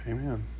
Amen